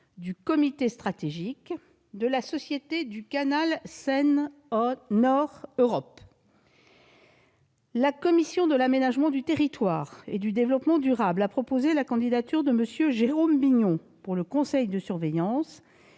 du comité stratégique de la société du canal Seine-Nord Europe. La commission de l'aménagement du territoire et du développement durable a proposé la candidature de M. Jérôme Bignon, pour le conseil de surveillance,